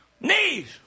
Knees